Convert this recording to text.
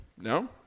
no